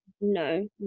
no